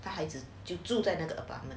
把孩子就住在那个 apartment